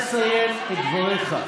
אתה תסיים את דבריך.